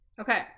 Okay